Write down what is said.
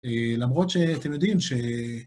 למרות שאתם יודעים ש...